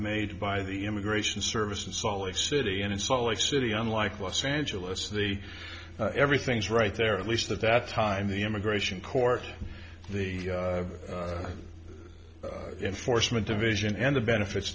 made by the immigration service in salt lake city and in salt lake city unlike los angeles they everything's right there at least that that time the immigration court the enforcement division and the benefits